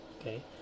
Okay